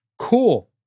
cool